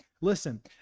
Listen